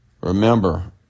Remember